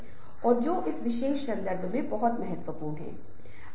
यह 2 भागों में है भाग 1 और भाग 2 प्रत्येक में लगभग 30 मिनट का समय होता है